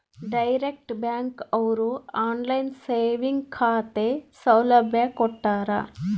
direct bank ಅವ್ರು online saving ಖಾತೆ ಸೌಲಭ್ಯ ಕೊಟ್ಟಾರ